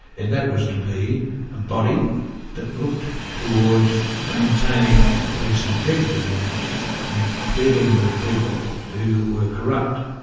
and that was to be a body that looked towards maintaining police integrity and and dealing with people who were corrupt.